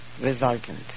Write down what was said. resultant